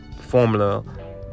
formula